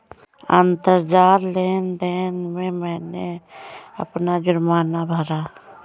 अंतरजाल लेन देन से मैंने अपना जुर्माना भरा